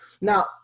now